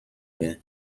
bain